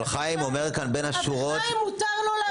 אבל חיים אומר כאן בין השורות --- אז חיים מותר לו להגיד.